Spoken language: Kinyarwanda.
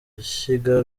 ishyiga